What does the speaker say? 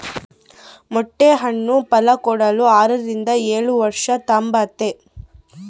ಮೊಟ್ಟೆ ಹಣ್ಣು ಫಲಕೊಡಲು ಆರರಿಂದ ಏಳುವರ್ಷ ತಾಂಬ್ತತೆ